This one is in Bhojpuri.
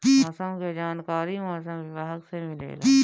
मौसम के जानकारी मौसम विभाग से मिलेला?